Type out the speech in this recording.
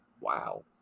Wow